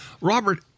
Robert